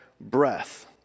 breath